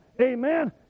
amen